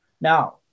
Now